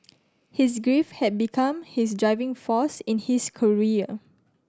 his grief had become his driving force in his career